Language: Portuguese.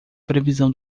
previsão